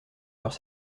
leurs